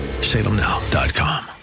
Salemnow.com